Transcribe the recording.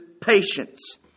patience